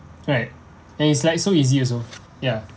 right and it's like so easy also ya